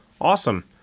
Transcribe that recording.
Awesome